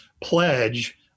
pledge